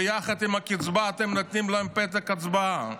ויחד עם הקצבה אתם נותנים להם פתק הצבעה.